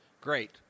Great